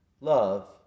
Love